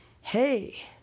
hey